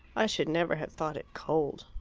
i should never have thought it cold.